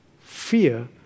Fear